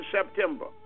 September